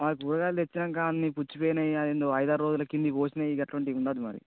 కూరగాయలు తెచ్చినాక అన్నీ పుచ్చిపోయినాయి అవన్నీ నువ్వు ఐదు ఆరు రోజుల కిందికి పోసినాయి అట్లాంటివి ఉండొద్దు మరి